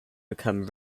become